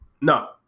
No